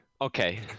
Okay